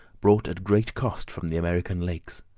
brought at great cost from the american lakes.